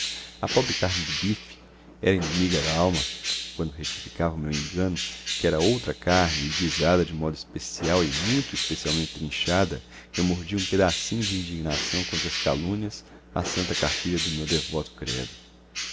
a pobre carne do beef era inimigo da alma quando retificava o meu engano que era outra a carne e guisada de modo especial e muito especialmente trinchada eu mordia um pedacinho de indignação contra as calúnias à santa cartilha do meu devoto credo